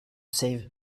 save